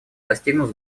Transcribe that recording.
достигнут